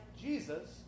Jesus